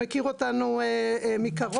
מכיר אותנו מקרוב,